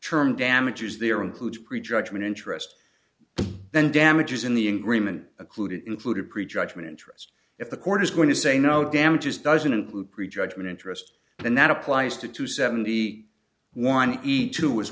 term damages there includes pre judgment interest then damages in the agreement occluded included pre judgment interest if the court is going to say no damages doesn't include pre judgment interest and that applies to two seventy one eat too as